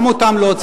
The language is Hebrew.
גם אותם לא צריך,